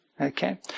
Okay